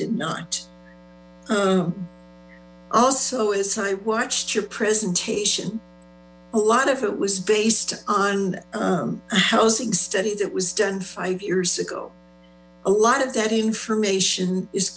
did not also as i watched your presentation a lot of it was based on a housing study that was done five years ago a lot of that information is